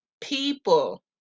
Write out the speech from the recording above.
people